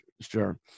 Sure